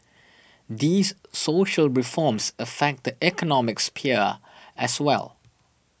these social reforms affect the economic sphere as well